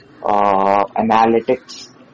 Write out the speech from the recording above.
analytics